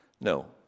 no